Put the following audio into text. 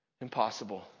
impossible